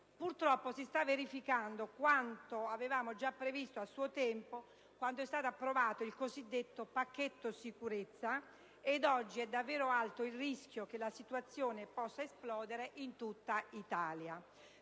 Purtroppo, si sta verificando quanto avevamo già previsto a suo tempo quando è stato approvato il cosiddetto pacchetto sicurezza ed oggi è davvero alto il rischio che la situazione possa esplodere in tutta Italia.